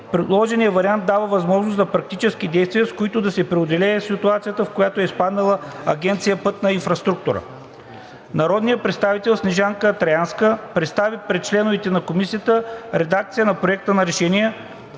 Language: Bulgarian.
предложеният вариант дава възможност за практически действия, с които да се преодолее ситуацията, в която е изпаднала Агенция „Пътна инфраструктура“. Народният представител Снежанка Траянска представи пред членовете на Комисията редакция на Проекта на решение,